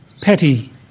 petty